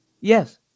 Yes